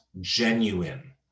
genuine